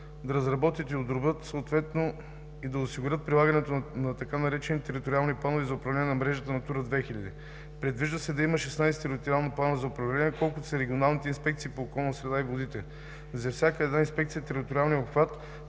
да разработят и одобрят и съответно да осигурят прилагането на така наречените териториални планове за управление на мрежата „Натура 2000“. Предвижда се да има 16 териториални плана за управление, колкото са и регионалните инспекции по околната среда и водите. За всяка една инспекция териториалният обхват